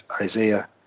Isaiah